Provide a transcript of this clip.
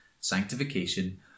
sanctification